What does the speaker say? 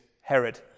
Herod